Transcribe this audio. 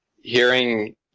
hearing